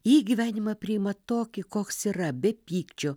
į gyvenimą priima tokį koks yra be pykčio